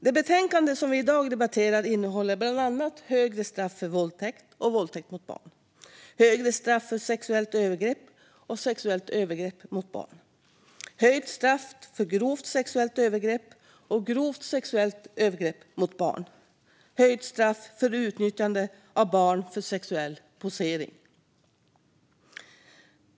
Det betänkande som vi i dag debatterar innehåller bland annat högre straff för våldtäkt och våldtäkt mot barn, högre straff för sexuellt övergrepp och sexuellt övergrepp mot barn, höjt straff för grovt sexuellt övergrepp och grovt sexuellt övergrepp mot barn och höjt straff för utnyttjande av barn för sexuell posering.